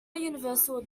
universal